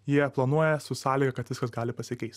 jie planuoja su sąlyga kad viskas gali pasikeist